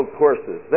courses